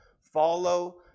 follow